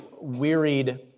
wearied